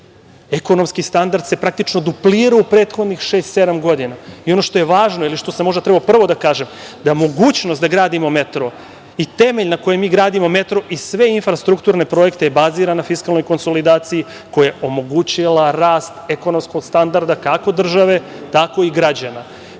Ekonomski standard se praktično duplirao u prethodnih šest, sedam godina. Ono što je važno i što sam možda trebao prvo da kažem da mogućnost da gradimo metro i temelj na kojem mi gradimo metro i sve infrastrukturne projekte je baziran na fiskalnoj konsolidaciji, koja je omogućila rast ekonomskog standarda, kako države, tako i građana. Mi,